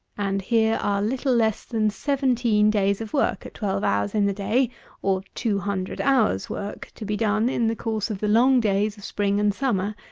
and here are little less than seventeen days of work at twelve hours in the day or two hundred hours' work, to be done in the course of the long days of spring and summer,